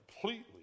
completely